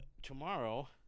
Tomorrow